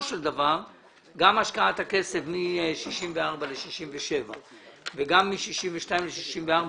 של דבר גם השקעת הכסף מ-64 ל-67 וגם מ-62 ל-64,